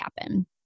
happen